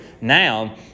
Now